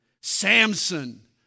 Samson